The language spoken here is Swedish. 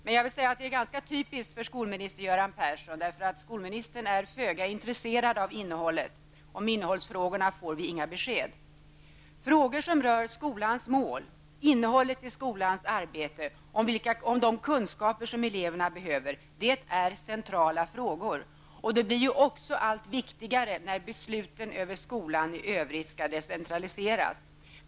Men det är ganska typiskt för skolminister Göran Persson. Skolministern är föga intresserad av innehållet. Om innehållsfrågorna får vi alltså inga besked. Frågor som rör skolans mål, innehållet i skolans arbete och de kunskaper som eleverna behöver är centrala. De blir också allt viktigare när besluten om skolan i övrigt skall decentraliseras.